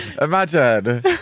Imagine